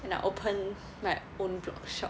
and I'll open my own blog shop